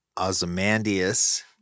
Ozymandias